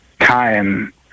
time